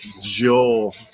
Joel